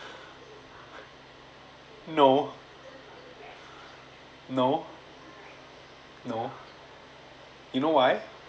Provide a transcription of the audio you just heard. no no no you know why